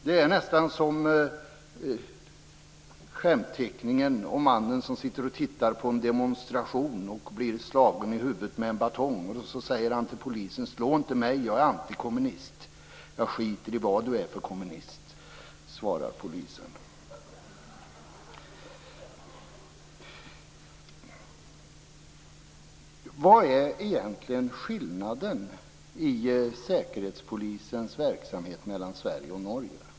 Det är nästan som skämtteckningen med mannen som sitter och tittar på en demonstration och blir slagen i huvudet med en batong. Han säger till polisen: Slå inte mig. Jag är antikommunist. Jag struntar i vad du är för kommunist, svarar polisen. Vad är egentligen skillnaden mellan Sverige och Norge i säkerhetspolisens verksamhet?